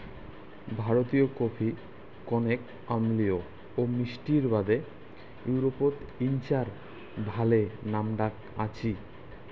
ভারতীয় কফি কণেক অম্লীয় ও মিষ্টির বাদে ইউরোপত ইঞার ভালে নামডাক আছি